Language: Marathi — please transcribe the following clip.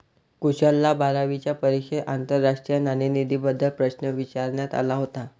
कुशलला बारावीच्या परीक्षेत आंतरराष्ट्रीय नाणेनिधीबद्दल प्रश्न विचारण्यात आला होता